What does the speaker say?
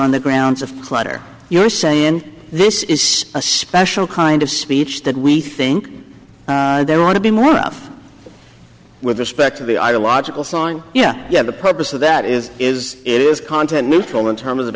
on the grounds of clutter you're saying this is a special kind of speech that we think there ought to be more off with respect to the ideological song yeah yeah the purpose of that is is it is content neutral in terms of